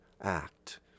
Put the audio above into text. act